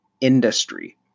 industry